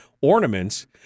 Ornaments